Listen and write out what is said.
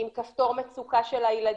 עם כפתור מצוקה של הילדים,